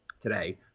today